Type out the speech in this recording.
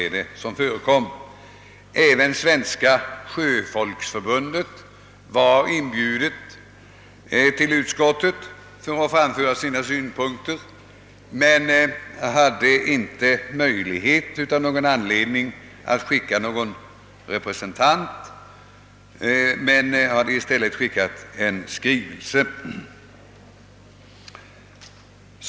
Även Svenska sjöfolksförbundet var inbjudet att i utskottet framföra sina synpunkter, men hade av någon anledning inte möjlighet att skicka en representant utan sände i stället en skrivelse.